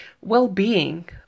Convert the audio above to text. well-being